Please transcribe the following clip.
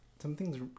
something's